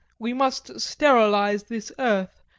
we must sterilise this earth,